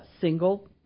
single